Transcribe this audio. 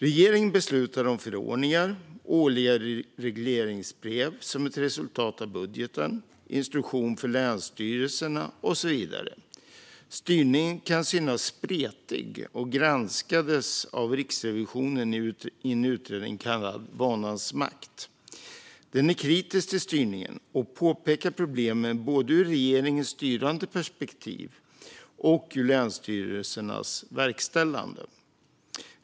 Regeringen beslutar om förordningar, årliga regleringsbrev som ett resultat av budgeten, instruktioner för länsstyrelserna och så vidare. Styrningen kan synas spretig och granskades av Riksrevisionen i en utredning kallad Vanans makt . Den är kritisk till styrningen och påpekar problemen både ur regeringens styrande perspektiv och ur länsstyrelsernas verkställande.